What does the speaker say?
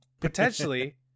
potentially